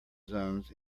zones